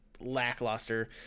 lackluster